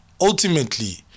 ultimately